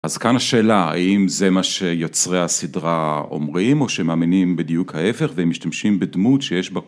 אז כאן השאלה האם זה מה שיוצרי הסדרה אומרים או שמאמינים בדיוק ההפך והם משתמשים בדמות שיש בה